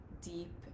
deep